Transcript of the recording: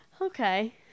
Okay